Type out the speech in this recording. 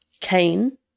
Cain